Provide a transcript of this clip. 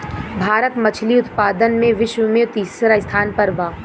भारत मछली उतपादन में विश्व में तिसरा स्थान पर बा